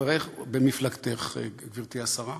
חברך במפלגתך, גברתי השרה,